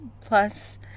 plus